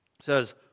says